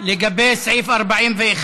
לגבי סעיף 41,